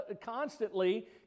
constantly